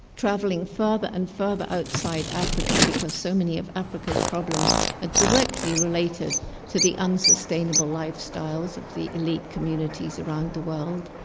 travelling further and further outside africa because so many of africa's problems are ah directly related to the unsustainable lifestyles of the elite communities around the world,